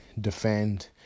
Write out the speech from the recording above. defend